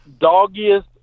doggiest